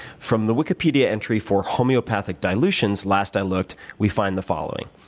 form the wikipedia entry for homeopathic delusions last i looked, we find the following.